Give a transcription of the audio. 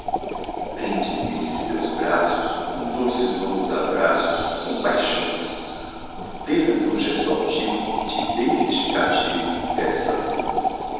prende me nesses teus braços em doces longos abraços com paixão ordena com gesto altivo que te beije este cativo essa mão